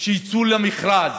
שיצאו למכרז.